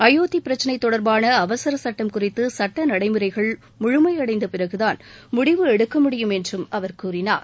அயோத்தி பிரச்சினை தொடர்பான அவசர சட்டம் குறித்து சட்ட நடைமுறைகள் முழுமையடைந்த பிறகுதான் முடிவு எடுக்க முடியும் என்று அவர் கூறினார்